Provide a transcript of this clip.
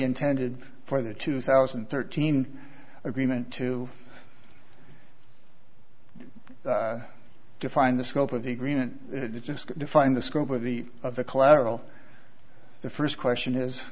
intended for the two thousand and thirteen agreement to define the scope of the agreement just define the scope of the of the collateral the first question is